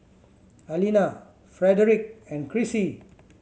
Alina Frederic and Crissy